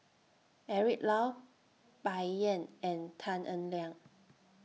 Eric Low Bai Yan and Tan Eng Liang